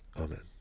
Amen